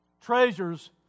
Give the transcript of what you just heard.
treasures